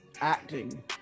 acting